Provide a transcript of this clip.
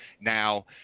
Now